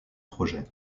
projet